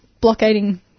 blockading